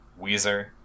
Weezer